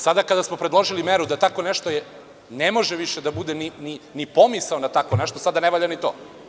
Sada, kada smo predložili meru da ne može više da bude ni pomisli na tako nešto, sada ne valja ni to.